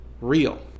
real